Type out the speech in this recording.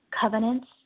covenants